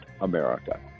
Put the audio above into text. America